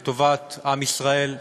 לטובת עם ישראל,